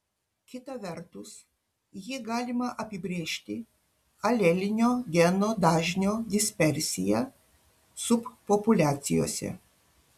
kita vertus jį galima apibrėžti alelinio geno dažnio dispersija subpopuliacijose